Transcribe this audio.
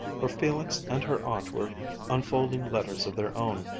for felix and her aunt were unfolding letters of their own,